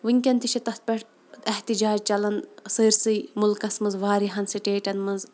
وٕنکٮ۪ن تہِ چھِ تَتھ پٮ۪ٹھ احتِجاج چَلان سٲرسٕے مُلکَس منٛز واریاہَن سٹیٹَن منٛز